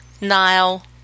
Nile